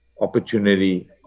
opportunity